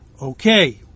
Okay